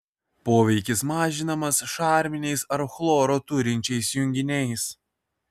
poveikis mažinamas šarminiais ar chloro turinčiais junginiais